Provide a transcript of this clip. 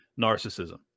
narcissism